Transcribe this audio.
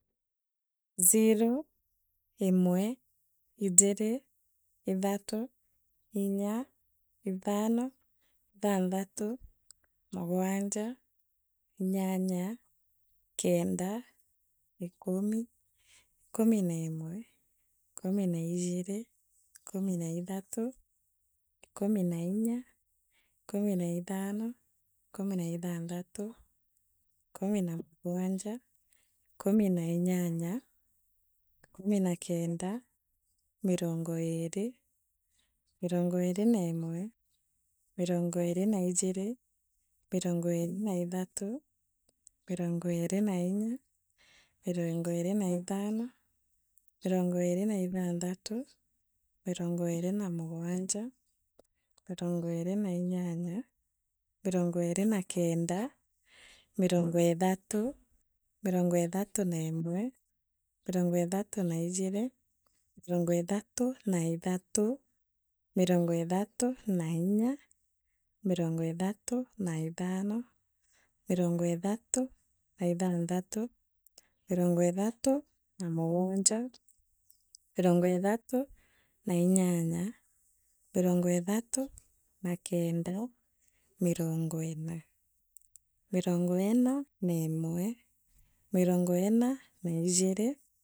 Zero, imwe, ijire, ithatu, inya. ithano, ithanthanu, mugwanja, inyanya. kenda, ikumi, ikumi neemwe, ikumi naijiri, ikumi naithatu, ikumi nainya, ikumi naithano, ikumi naithanthatu, ikumi na mugwanja, ikumi na inyanya, ikumi na kenda. mirongo iiri, mirongo iiri nemwe, mirongo iiri na ijiri, mirongo iiri naithatu, mirongo iiri na inya, mirongo iiri na ithano. mirongo iiti na ithanthatu, mirongo iiri na mugwanja, mirongo iiri na inyanya, mirongo iiri na kenda, mirongo ithatu, mirongo ithathu neemwe, mirongo ithatu naijiri, mirongo ithatu na ithatu. mirongo ithatu na inya, mirongo ithatu na ithano, mirongo ithatu na ithanthatu, mirongo ithatu na mugwanja, mirongo ithatu na inyanya, mirongo ithatu na kenda, mirongo ina, mirongo ina neemwe. miringo iina na ijiri.